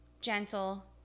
gentle